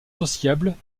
sociable